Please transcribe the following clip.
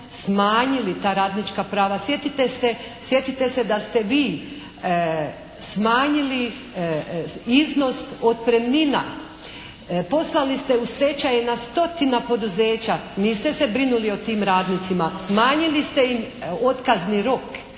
smanjili ta radnička prava. Sjetite se da ste vi smanjili iznos otpremnina. Poslali ste u stečaj na stotine poduzeća. Niste se brinuli o tim radnicima. Smanjili ste im otkazni rok.